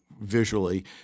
visually